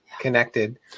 connected